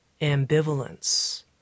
ambivalence